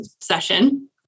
session